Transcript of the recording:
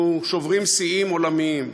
אנחנו שוברים שיאים עולמיים.